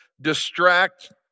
distract